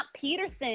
Peterson